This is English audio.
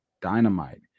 Dynamite